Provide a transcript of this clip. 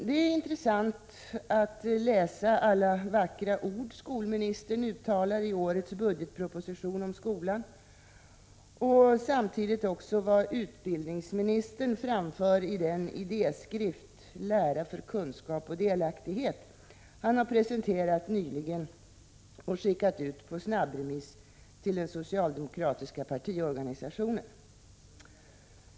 Det är intressant att läsa alla vackra ord skolministern uttalar i årets budgetproposition om skolan, och vad utbildningsministern framför i den idéskrift, Lära för kunskap och delaktighet, som han presenterat nyligen och skickat ut på snabbremiss till den socialdemokratiska partiorganisationen.